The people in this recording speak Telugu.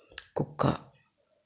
కుక్క